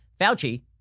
Fauci